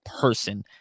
person